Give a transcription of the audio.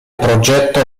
progetto